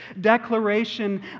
declaration